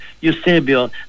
Eusebio